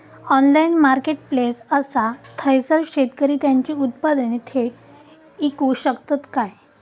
Online marketplace असा थयसर शेतकरी त्यांची उत्पादने थेट इकू शकतत काय?